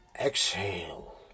exhale